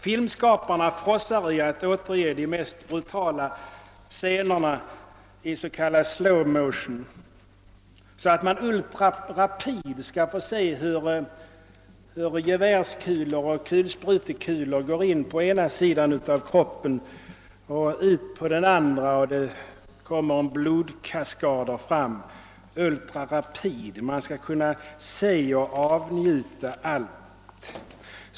Filmskaparna frossar i att återge de mest brutala scenerna i s.k. slow motion, så att man i ultrarapid skall få se hur gevärskulor och kulsprutekulor går in på ena sidan av kroppen och ut på den andra, så att en blodkaskad sprutar fram. Ultrarapid! Man skall kunna se och avnjuta allt.